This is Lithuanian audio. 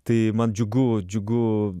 tai man džiugu džiugu